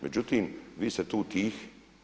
Međutim, vi ste tu tihi.